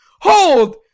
Hold